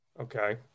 okay